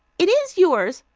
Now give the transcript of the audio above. it is yours,